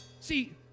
See